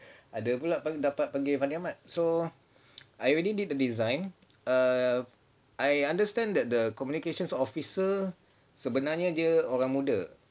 ada pula panggil fandi ahmad so I already did the design err I understand that the communications officer sebenarnya dia orang muda